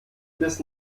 bis